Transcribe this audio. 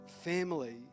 family